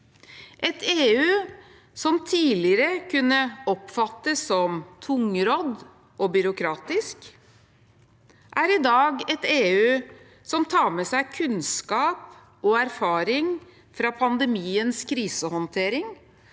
Et EU som tidligere kunne oppfattes som tungrodd og byråkratisk, er i dag et EU som tar med seg kunnskap og erfaring fra pandemiens krisehåndtering